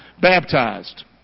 Baptized